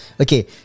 Okay